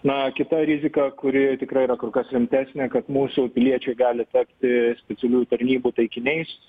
na kita rizika kuri tikrai yra kur kas rimtesnė kad mūsų piliečiai gali tapti specialiųjų tarnybų taikiniais